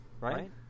Right